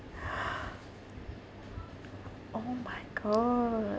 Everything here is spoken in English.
oh my god